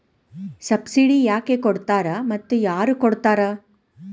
Subsidy ಯಾಕೆ ಕೊಡ್ತಾರ ಮತ್ತು ಯಾರ್ ಕೊಡ್ತಾರ್?